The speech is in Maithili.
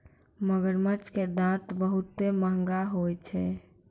मगरमच्छ के दांत बहुते महंगा होय छै